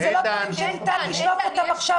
יאיר לפיד